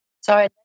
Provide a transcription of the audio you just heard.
Sorry